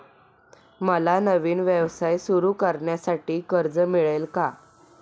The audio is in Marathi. मला नवीन व्यवसाय सुरू करण्यासाठी कर्ज मिळेल का?